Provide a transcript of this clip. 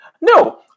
No